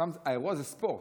שם האירוע זה ספורט,